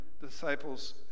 disciples